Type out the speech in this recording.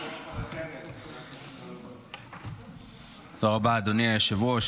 תודה רבה, אדוני היושב-ראש.